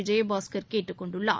விஜயபாஸ்கர் கேட்டுக் கொண்டுள்ளார்